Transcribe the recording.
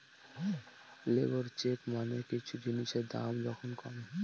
labour check মানে কিছু জিনিসের দাম যখন কমে